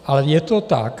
Ale je to tak.